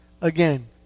again